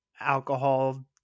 alcohol